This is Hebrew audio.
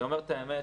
אני אומר את האמת,